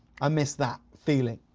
i miss that feeling.